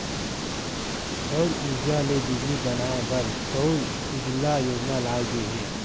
सउर उरजा ले बिजली बनाए बर सउर सूजला योजना लाए गे हे